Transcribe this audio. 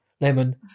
lemon